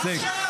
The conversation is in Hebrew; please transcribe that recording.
להפסיק.